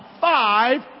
five